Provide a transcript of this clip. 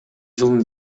жылдын